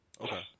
Okay